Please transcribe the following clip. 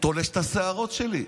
תולש את השערות שלי.